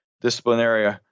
disciplinary